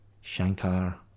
Shankar